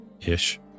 ish